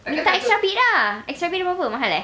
kasi aisyah ah extra bedding berapa mahal eh